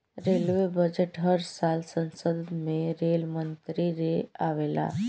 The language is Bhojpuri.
रेलवे बजट हर साल संसद में रेल मंत्री ले आवेले ले